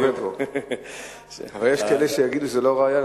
אבל יש כאלה שיגידו שזה לא ראיה,